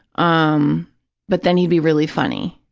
um but then he'd be really funny.